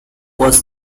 was